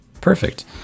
perfect